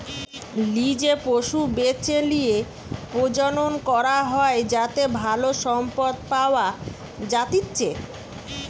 লিজে পশু বেছে লিয়ে প্রজনন করা হয় যাতে ভালো সম্পদ পাওয়া যাতিচ্চে